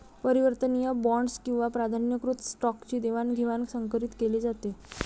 परिवर्तनीय बॉण्ड्स किंवा प्राधान्यकृत स्टॉकची देवाणघेवाण संकरीत केली जाते